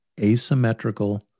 asymmetrical